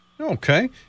Okay